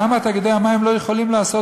למה תאגידי המים לא יכולים לעשות,